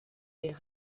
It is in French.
les